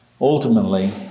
ultimately